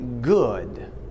good